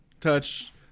touch